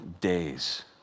days